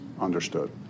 understood